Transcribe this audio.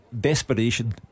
desperation